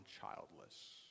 childless